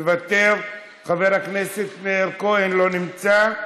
מוותר, חבר הכנסת מאיר כהן, לא נמצא,